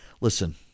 listen